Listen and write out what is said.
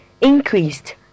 increased